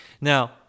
now